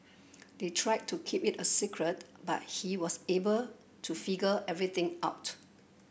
they tried to keep it a secret but he was able to figure everything out